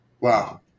Wow